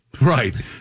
Right